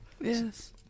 Yes